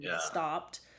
stopped